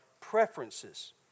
preferences